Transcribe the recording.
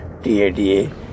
TADA